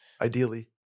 ideally